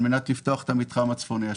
על מנת לפתוח את המתחם הצפוני.